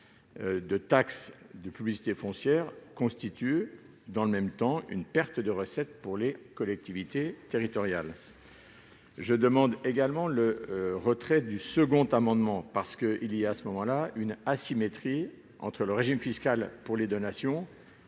de taxe de publicité foncière constitue dans le même temps une perte de recettes pour les collectivités territoriales. Je demande également le retrait de l'amendement n° I-473 rectifié. Il y a bien une asymétrie entre les régimes fiscaux des donations